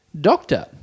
Doctor